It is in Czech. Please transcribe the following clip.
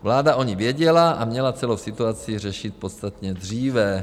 Vláda o ní věděla a měla celou situaci řešit podstatně dříve.